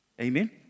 Amen